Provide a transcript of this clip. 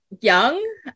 young